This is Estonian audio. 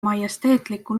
majesteetlikku